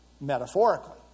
metaphorically